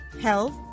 health